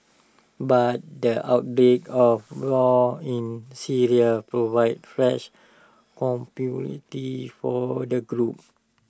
but the outbreak of war in Syria provided fresh opportunity for the group